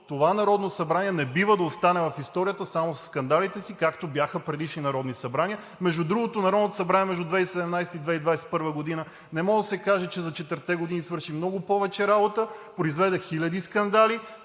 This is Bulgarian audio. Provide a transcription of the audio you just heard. това Народно събрание не бива да остане в историята само със скандалите си, както бяха предишни народни събрания. Между другото, Народното събрание между 2017-а и 2021 г. не може да се каже, че за четирите години свърши много повече работа. Произведе хиляди скандали,